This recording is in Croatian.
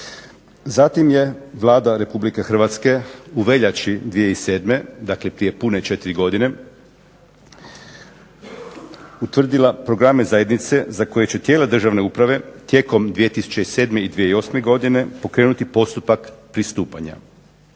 Zatim je Vlada Republike Hrvatske u veljači 2007., dakle prije pune 4 godine utvrdila programe Zajednice za koje će tijela državne uprave tijekom 2007. i 2008. godine pokrenuti postupak pristupanja.